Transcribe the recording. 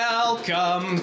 Welcome